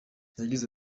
yagize